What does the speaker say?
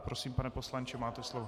Prosím, pane poslanče, máte slovo.